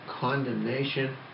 condemnation